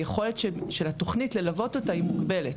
היכולת של התוכנית ללוות אותה היא מוגבלת,